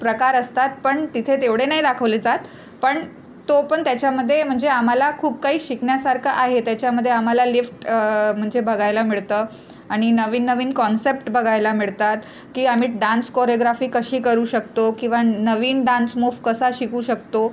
प्रकार असतात पण तिथे तेवढे नाही दाखवले जात पण तो पण त्याच्यामध्ये म्हणजे आम्हाला खूप काही शिकण्यासारखं आहे त्याच्यामध्ये आम्हाला लिफ्ट म्हणजे बघायला मिळतं आणि नवीन नवीन कॉन्सेप्ट बघायला मिळतात की आम्ही डान्स कॉरिओग्राफी कशी करू शकतो किंवा न नवीन डान्स मूव्ह कसा शिकू शकतो